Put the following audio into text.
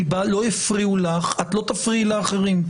כי לא הפריעו לך ואת לא תפריעי לאחרים.